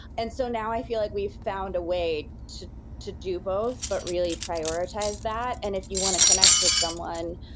and so now, i feel like we've found a way to to do both but really prioritize that, and if you want to connect with someone,